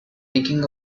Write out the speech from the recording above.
thinking